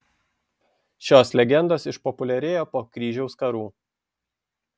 šios legendos išpopuliarėjo po kryžiaus karų